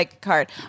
card